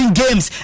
games